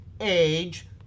age